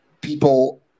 People